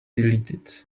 deleted